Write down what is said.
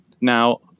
Now